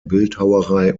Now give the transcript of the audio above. bildhauerei